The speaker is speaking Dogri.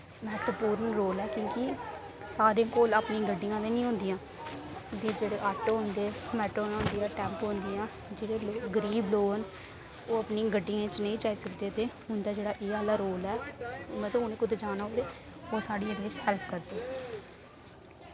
महत्वपूर्ण रोल ऐ क्यूंकि सारें कोल अपनी गड्डियां ते निं होंदियां ते जेह्ड़े आटो होंदे मैटाडोरां होंदियां टैम्पू होंदियां जेह्ड़े गरीब लोग न ओ अपनी गड्डियें च नेईं जाई सकदे ते उंदा जेह्ड़ा ए आह्ला रोल ऐ मतलब उ'नै कुतै जाना हो ते ओह् साढ़ी एह्दे बिच हैल्प करदे